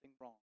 wrong